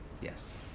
Yes